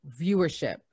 viewership